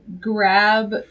grab